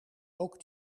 ook